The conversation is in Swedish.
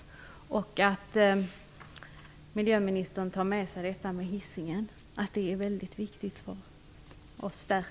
Jag hoppas också att miljöministern tar med sig detta med Hisingen; det är väldigt viktigt för oss där.